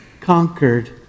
conquered